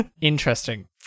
Interesting